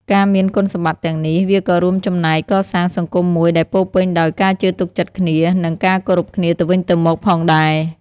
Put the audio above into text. ការមានគុណសម្បត្តិទាំងនេះ វាក៏រួមចំណែកកសាងសង្គមមួយដែលពោរពេញដោយ ការជឿទុកចិត្តគ្នា និង ការគោរពគ្នាទៅវិញទៅមក ផងដែរ។